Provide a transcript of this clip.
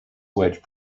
wedge